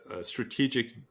strategic